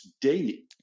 daily